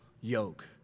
yoke